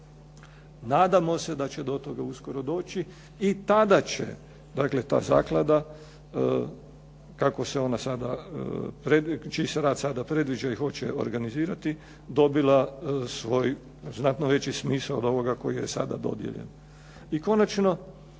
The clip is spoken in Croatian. Nadamo se da će do toga uskoro doći i tada će, dakle ta zaklada kako se ona sada, čiji se rad sada predviđa i hoće organizirati dobila svoj znatno veći smisao od ovoga koji joj je sada dodijeljen.